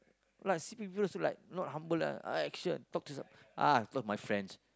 like see people also like not humble lah ah action uh talk to my friends